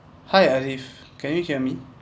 hi arif can you hear me